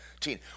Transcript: teen